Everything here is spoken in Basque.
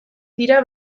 dira